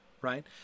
right